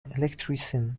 electrician